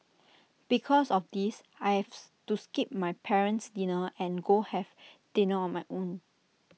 because of this I have to skip my parent's dinner and go have dinner on my own